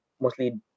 mostly